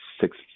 six